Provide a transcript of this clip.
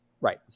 right